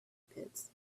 pits